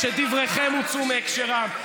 שדבריכם הוצאו מהקשרם.